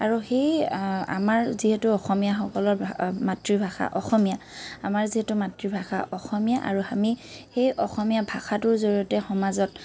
আৰু সেই আমাৰ যিহেতু অসমীয়াসকলৰ মাতৃভাষা অসমীয়া আমাৰ যিহেতু মাতৃভাষা অসমীয়া আৰু আমি সেই অসমীয়া ভাষাটোৰ জৰিয়তে সমাজত